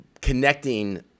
connecting